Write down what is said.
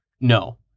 No